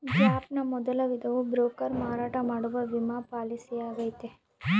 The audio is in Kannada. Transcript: ಗ್ಯಾಪ್ ನ ಮೊದಲ ವಿಧವು ಬ್ರೋಕರ್ ಮಾರಾಟ ಮಾಡುವ ವಿಮಾ ಪಾಲಿಸಿಯಾಗೈತೆ